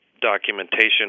documentation